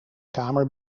kamer